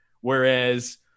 Whereas